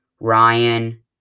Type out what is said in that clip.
Ryan